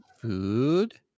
food